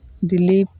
Dilip